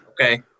Okay